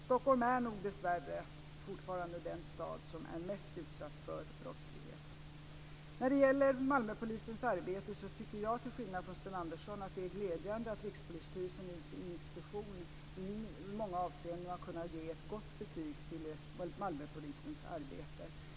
Stockholm är nog dessvärre fortfarande den stad som är mest utsatt för brottslighet. När det gäller Malmöpolisens arbete tycker jag, till skillnad från Sten Andersson, att det är glädjande att Rikspolisstyrelsen i sin inspektion i många avseenden har kunnat ge ett gott betyg till Malmöpolisens arbete.